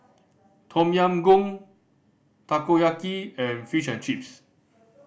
Tom Yam Goong Takoyaki and Fish and Chips